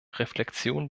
reflexion